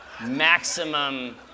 maximum